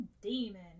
demon